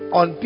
on